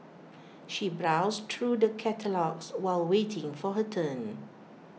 she browsed through the catalogues while waiting for her turn